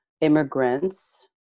immigrants